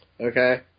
Okay